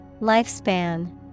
Lifespan